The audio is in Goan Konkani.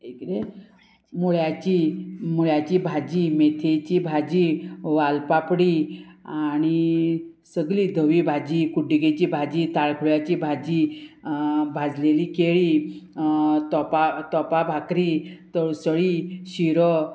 हें किदें मुळ्याची मुळ्याची भाजी मेथेची भाजी वालपापडी आनी सगळी धवी भाजी कुड्डिकेची भाजी ताळखुळ्याची भाजी भाजलेली केळी तोपा तोपा भाकरी तळसोळी शिरो